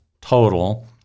total